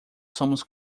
somos